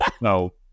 No